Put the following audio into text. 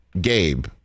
Gabe